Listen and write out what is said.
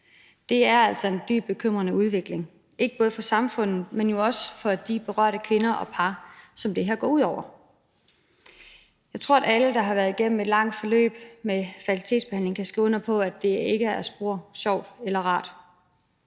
Det er altså en dybt bekymrende udvikling, ikke bare for samfundet, men jo også for de berørte kvinder og par, som det her går ud over. Jeg tror, at alle, der har været igennem et langt forløb med fertilitetsbehandling kan skrive under på, at det ikke er spor sjovt eller rart.